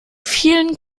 vielen